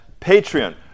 Patreon